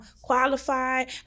qualified